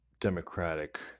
democratic